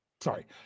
Sorry